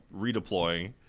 redeploying